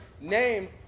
name